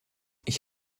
ich